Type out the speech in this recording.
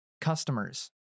Customers